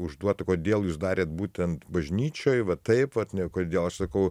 užduota kodėl jūs darėt būtent bažnyčioje va taip ne kodėl aš sakau